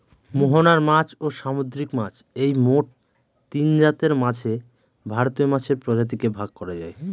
মোহনার মাছ, ও সামুদ্রিক মাছ এই মোট তিনজাতের মাছে ভারতীয় মাছের প্রজাতিকে ভাগ করা যায়